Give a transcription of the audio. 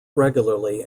regularly